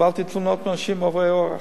קיבלתי תלונות מאנשים, עוברי אורח.